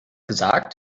gesagt